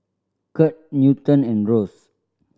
Kirt Newton and Rose